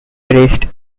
praised